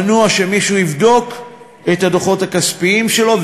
מנוע שמישהו יבדוק את הדוחות הכספיים שלו,